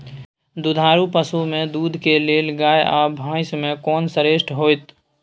दुधारू पसु में दूध के लेल गाय आ भैंस में कोन श्रेष्ठ होयत?